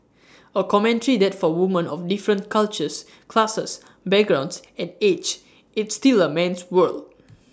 A commentary that for women of different cultures classes backgrounds and age it's still A man's world